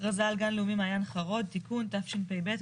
הכרזה על גן לאומי מעין חרוד, תיקון, תשפ"ב-2021.